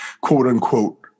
quote-unquote